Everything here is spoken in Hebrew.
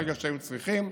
ברגע שהיו צריכים.